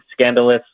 scandalous